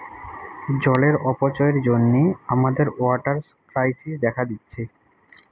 জলের অপচয়ের জন্যে আমাদের ওয়াটার ক্রাইসিস দেখা দিচ্ছে